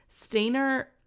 Stainer